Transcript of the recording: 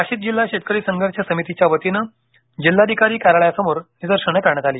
नाशिक जिल्हा शेतकरी संघर्ष समितीच्या वतीने जिल्हाधिकारी कार्यालयासमोर निदर्शने करण्यात आली